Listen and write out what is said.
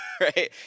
Right